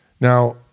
Now